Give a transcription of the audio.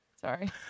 Sorry